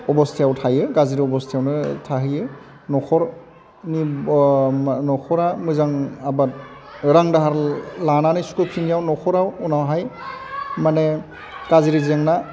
अब'स्थायाव थायो गाज्रि अब'स्थायावनो थाहैयो न'खरनि न'खरा मोजां आबाद रां दाहार लानानै सुख'फिननायाव न'खराव उनावहाय माने गाज्रि जेंना